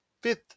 fifth